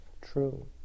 true